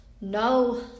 no